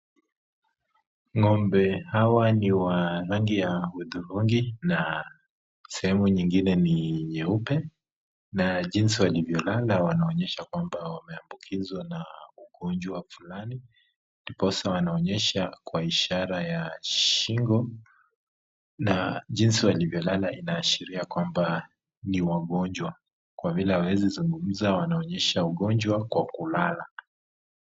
Ng'ombe hawa ni wa rangi ya hudhurungi na sehemu nyingine ni nyeupe, na jinsi walivyolala wanaonyesha kwamba wameambukizwa na ugonjwa fulani ndiposa wanaonyesha kwa ishara ya shingo na jinsi walivyolala inaashiria kwamba ni wagonjwa, kwa vile hawawezi zungumza wanaonyesha ugonjwa kwa kulala.